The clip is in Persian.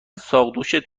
ساقدوشت